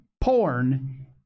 porn